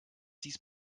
dies